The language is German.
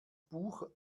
buch